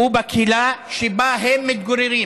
ובקהילה שבה הם מתגוררים.